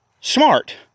smart